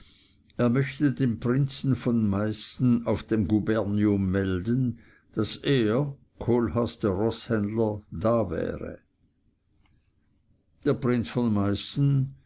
er möchte dem prinzen von meißen auf dem gubernium melden daß er kohlhaas der roßhändler da wäre der prinz von meißen